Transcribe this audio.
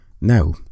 Now